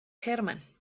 hermann